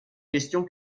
question